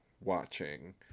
watching